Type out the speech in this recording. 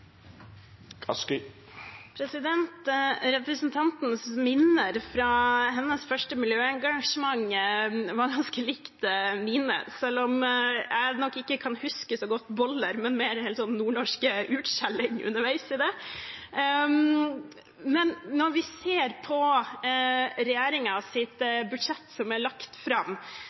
dag. Representantens minner fra hennes første miljøengasjement var ganske like mine, selv om jeg nok ikke kan huske boller så godt, men heller mer nordnorsk utskjelling underveis. Når vi ser på regjeringens budsjett som er lagt fram,